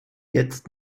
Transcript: jetzt